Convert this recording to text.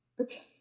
Okay